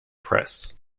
press